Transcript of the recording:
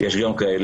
יש גם כאלה,